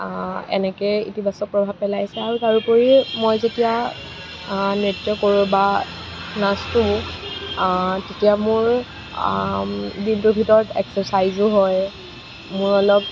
এনেকে ইতিবাচক প্ৰভাৱ পেলাই আছে আৰু তাৰোপৰিও মই যেতিয়া নৃত্য কৰোঁ বা নাচোঁ তেতিয়া মোৰ দিনটোৰ ভিতৰত এক্সাৰছাইজো হয় মোৰ অলপ